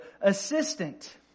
assistant